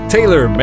Taylor